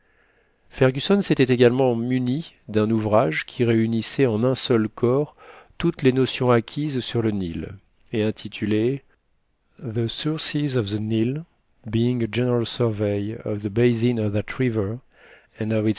fergusson s'était également muni d'un ouvrage qui réunissait en un seul corps toutes les notions acquises sur le nil et intitulé